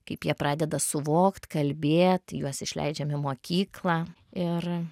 kaip jie pradeda suvokt kalbėt juos išleidžiam į mokyklą ir